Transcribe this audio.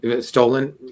stolen